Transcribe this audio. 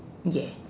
yeah